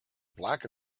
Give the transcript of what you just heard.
black